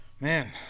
Man